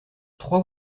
trois